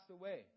away